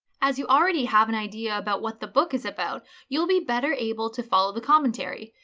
as you already have an idea about what the book is about you'll be better able to follow the commentary.